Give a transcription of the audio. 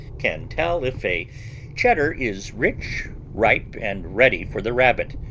can tell if a cheddar is rich, ripe and ready for the rabbit.